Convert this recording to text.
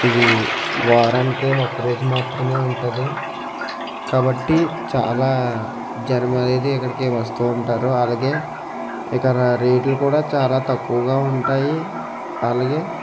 ఇది వారానికే ఒక్కరోజు మాత్రమే ఉంటుంది కాబట్టి చాలా జనమనేది ఇక్కడికి వస్తూ ఉంటారు అలాగే ఇక్కడ రేట్లు కూడా చాలా తక్కువగా ఉంటాయి అలాగే